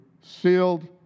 sealed